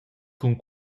cun